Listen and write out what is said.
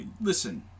listen